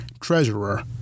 Treasurer